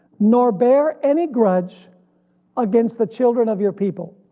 nor bear any grudge against the children of your people,